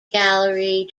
gallery